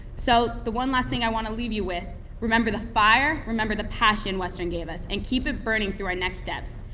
so the one last thing i want to leave you with remember the fire, remember the passion western gave us, and keep it burning through our next steps.